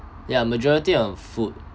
ya majority on food